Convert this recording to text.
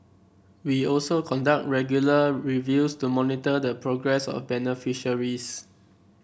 we also conduct regular reviews to monitor the progress of beneficiaries